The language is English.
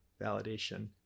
validation